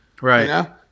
Right